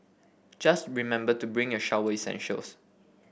just remember to bring your shower essentials